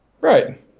Right